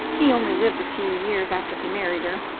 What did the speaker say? he only lived a few years after he married her.